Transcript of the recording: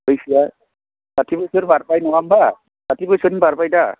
बैसोआ साथि बोसोर बारबाय नङा होनबा साथि बोसोरनि बारबाय दा